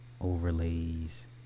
overlays